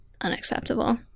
unacceptable